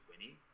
winning